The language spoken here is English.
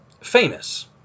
famous